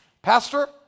Pastor